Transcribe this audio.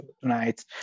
tonight